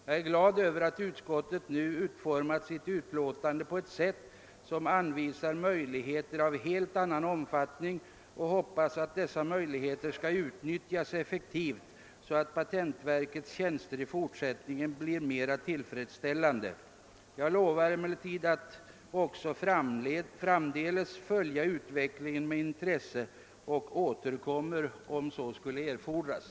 Jag är glad över att utskottet utformat sitt utlåtande på ett sätt som anvisar möjligheter av helt annan omfattning än tidigare, och jag hoppas att dessa möjligheter skall utnyttjas effektivt, så att patentverkets service i fortsättningen blir mera tillfredsställande. Jag lovar emellertid att också framdeles följa utvecklingen med intresse och skall återkomma om så skulle erfordras.